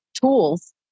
tools